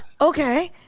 Okay